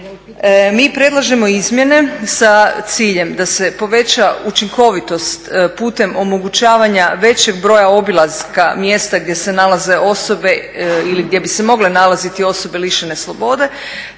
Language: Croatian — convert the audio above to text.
Mi predlažemo izmjene sa ciljem da se poveća učinkovitost putem omogućavanja većeg broja obilaska mjesta gdje se nalaze osobe ili gdje bi se mogle nalaziti osobe lišene slobode